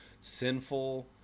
sinful